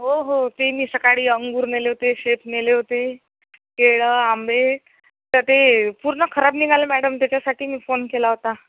हो हो ते मी सकाळी अंगूर नेले होते शेप नेले होते केळं आंबे तर ते पूर्ण खराब निघाले मॅडम त्याच्यासाठी मी फोन केला होता